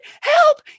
Help